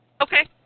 Okay